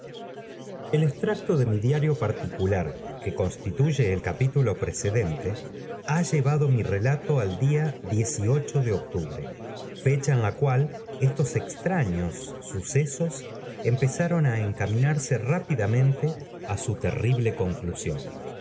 el extracto de mi diario particular que consti tuye el capítulo precedente ha llevado mi relato al día ib de octubre fecha en la cual estos extraños sucesos empezaron á encaminarse rápidamente á su terrible conclusión